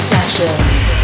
Sessions